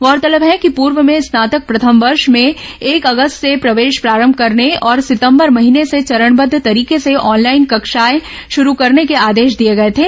गौरतलब है कि पूर्व में स्नातक प्रथम वर्ष में एक अगस्त से प्रवेश प्रारंभ करने और सितंबर महीने से चरणबद्ध तरीके से ऑनलाइन कक्षाए शुरू करने के आदेश दिए गए थे